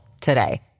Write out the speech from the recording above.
today